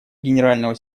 генерального